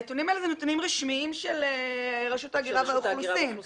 הנתונים האלה זה נתונים רשמיים של רשות ההגירה והאוכלוסין